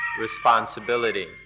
responsibility